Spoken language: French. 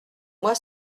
moi